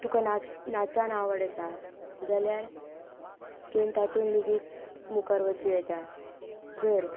तुका नाचांत आवड आसा जाल्यार तुवें तातूंत लेगीत मुखार वचूंक येता जर